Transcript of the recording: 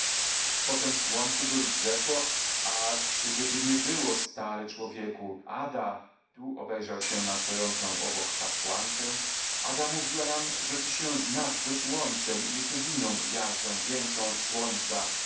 potem słońce by wzeszło a ciebieby nie było stary człowieku ada tu obejrzał się na stojącą okokobok kapłankę ada mówiła nam że ty się znasz ze słońcem i jeszcze z inną gwiazdą większą od słońca